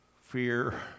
Fear